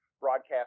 broadcast